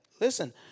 listen